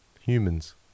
humans